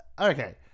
okay